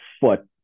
foot